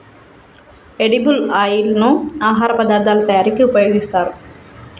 edible oil ను ఆహార పదార్ధాల తయారీకి ఉపయోగిస్తారు